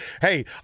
Hey